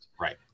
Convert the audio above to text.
Right